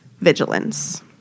vigilance